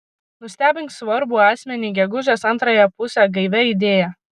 nustebink svarbų asmenį gegužės antrąją pusę gaivia idėja